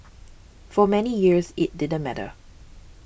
for many years it didn't matter